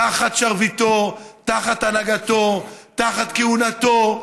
תחת שרביטו, תחת הנהגתו, תחת כהונתו,